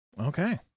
Okay